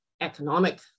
economic